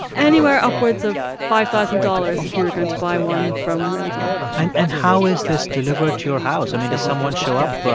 anywhere upwards of five thousand dollars if you were going to buy one from realdoll and and how is this delivered to your house? i mean, does someone show up,